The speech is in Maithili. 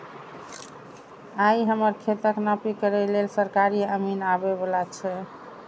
आइ हमर खेतक नापी करै लेल सरकारी अमीन आबै बला छै